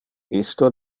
isto